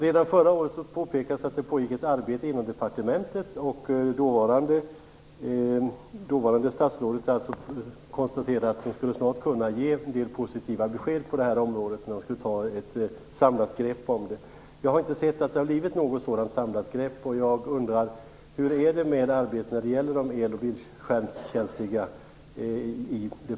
Redan förra året påpekades det att det pågick ett arbete inom departementet. Dåvarande statsrådet konstaterade att man snart skulle kunna ge en del positiva besked på det här området, att man skulle ta ett samlat grepp här. Jag har inte sett att det har blivit något sådant samlat grepp, och jag undrar hur det är med arbetet i departementet när det gäller de el och bildskärmskänsliga.